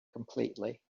completely